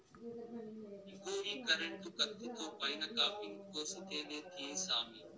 ఇగో ఈ కరెంటు కత్తితో పైన కాపింగ్ కోసి తేనే తీయి సామీ